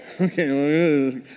Okay